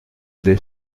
des